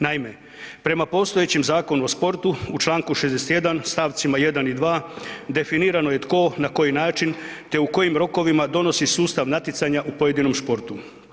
Naime, prema postojećem Zakonu o sportu u čl. 61. st. 1. i 2. definirano je tko, na koji način te u kojim rokovima donosi sustav natjecanja u pojedinom športu.